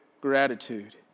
gratitude